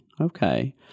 Okay